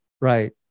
right